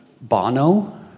Bono